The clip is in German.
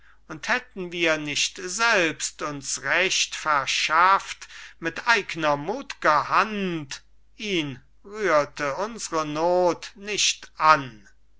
und hätten wir nicht selbst uns recht verschafft mit eigner mut'ger hand ihn rührte unsre not nicht an